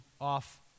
off